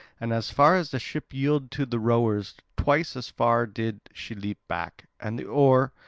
and as far as the ship yielded to the rowers, twice as far did she leap back, and the oar,